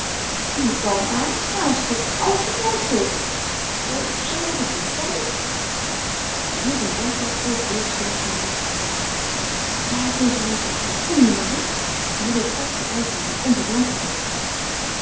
doe het kalm en haast je alles te gelijk zeker o zoo wordt het lief kijk eens er hield een rijtuig voor de deur stil en er werd gebeld daar heb je ons rijtuig al kom nu marie we zullen het gas hier uitdoen dan komt het lampje beter uit